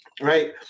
right